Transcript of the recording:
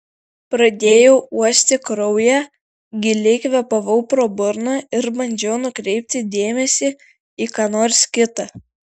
pradėjau uosti kraują giliai kvėpavau pro burną ir bandžiau nukreipti dėmesį į ką nors kita